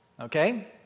okay